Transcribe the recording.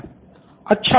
student 1 अच्छा